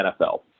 NFL